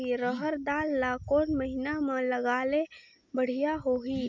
रहर दाल ला कोन महीना म लगाले बढ़िया होही?